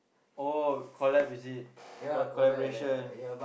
oh collab is it collab~ collaboration